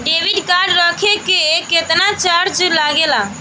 Debit card रखे के केतना चार्ज लगेला?